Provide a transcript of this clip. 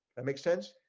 it makes sense.